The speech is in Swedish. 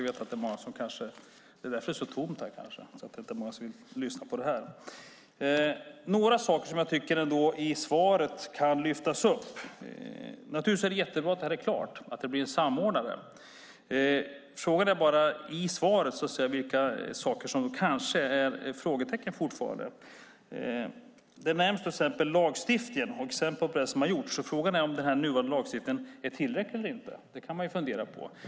Det kanske är därför det är så tomt här och inte så många som vill lyssna. Det finns några saker som jag tycker kan lyftas upp i svaret. Naturligtvis är det jättebra att det här är klart och att det blir en samordnare, men i svaret finns det några saker som kanske är frågetecken fortfarande. Lagstiftningen nämns och exempel på vad som har gjorts. Frågan är om den nuvarande lagstiftningen är tillräcklig. Det kan man fundera på.